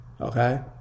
Okay